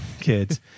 kids